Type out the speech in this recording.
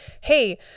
hey